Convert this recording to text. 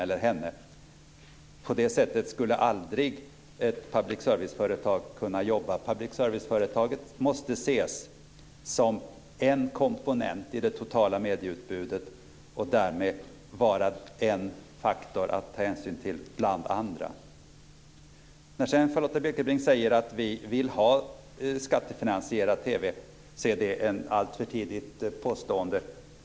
På det sättet skulle aldrig ett public service-företag kunna jobba. Public service-företaget måste ses som en komponent i det totala medieutbudet och därmed vara en faktor att ta hänsyn till bland andra. Charlotta Bjälkebring säger att vi vill ha skattefinansierad TV, men det är alltför tidigt att påstå det.